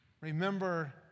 Remember